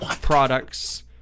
products